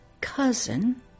cousin